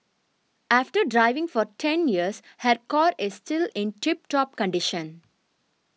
after driving for ten years her car is still in tip top condition